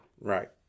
right